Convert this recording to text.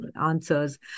answers